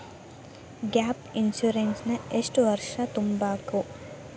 Gap insurance ನ ಎಷ್ಟ್ ವರ್ಷ ತುಂಬಕು?